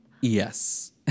Yes